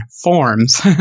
Forms